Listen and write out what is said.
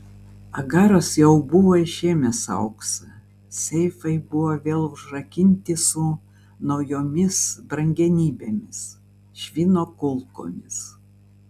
agaras jau buvo išėmęs auksą seifai buvo vėl užrakinti su naujomis brangenybėmis švino kulkomis